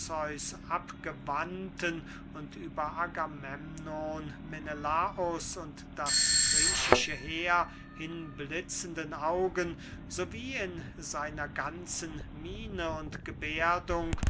abgewandten und über agamemnon menelaus und das griechische heer hinblitzenden augen so wie in seiner ganzen miene und geberdung